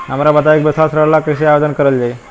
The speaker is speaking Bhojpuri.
हमरा बताई कि व्यवसाय ऋण ला कइसे आवेदन करल जाई?